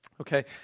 Okay